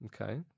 Okay